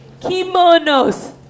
Kimonos